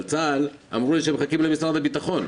אבל צה"ל אמרו לי שהם מחכים למשרד הביטחון.